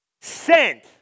sent